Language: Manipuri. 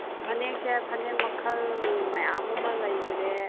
ꯐꯅꯦꯛꯁꯦ ꯐꯅꯦꯛ ꯃꯈꯜ ꯃꯌꯥꯝ ꯑꯃ ꯂꯩꯈꯔꯦ